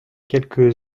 quelques